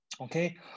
Okay